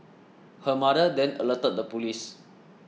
her mother then alerted the police